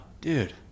dude